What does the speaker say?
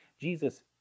Jesus